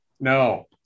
No